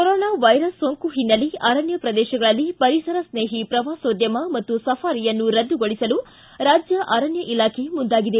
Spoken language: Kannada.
ಕೊರೊನಾ ವೈರಸ್ ಸೋಂಕು ಹಿನ್ನೆಲೆ ಅರಣ್ಡ ಪ್ರದೇಶಗಳಲ್ಲಿ ಪರಿಸರ ಸ್ನೇಹಿ ಪ್ರವಾಸೋದ್ಯಮ ಮತ್ತು ಸಫಾರಿಯನ್ನು ರದ್ದುಗೊಳಿಸಲು ರಾಜ್ಯ ಅರಣ್ಯ ಇಲಾಖೆ ಮುಂದಾಗಿದೆ